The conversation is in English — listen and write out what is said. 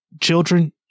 children